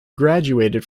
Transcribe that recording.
graduated